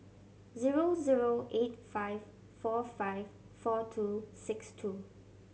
zero zero eight five four five four two six two